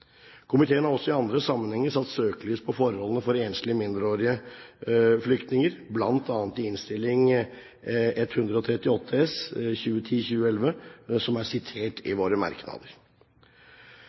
Komiteen har også i andre sammenhenger satt søkelys på forholdene for enslige mindreårige flyktninger, bl.a. i Innst. 138 S for 2010–2011, som det er sitert fra i